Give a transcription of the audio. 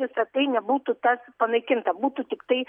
visa tai nebūtų tas panaikinta būtų tiktai